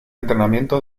entrenamiento